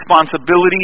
responsibility